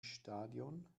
stadion